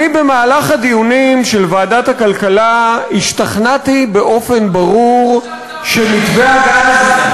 במהלך הדיונים של ועדת הכלכלה השתכנעתי באופן ברור שמתווה הגז,